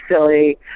silly